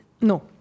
No